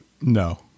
No